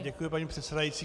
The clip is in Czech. Děkuji, paní předsedající.